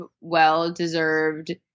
well-deserved